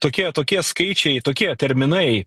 tokie tokie skaičiai tokie terminai